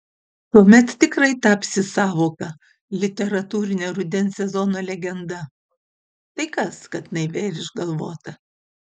tuomet tikrai tapsi sąvoka literatūrine rudens sezono legenda tai kas kad naivia ir išgalvota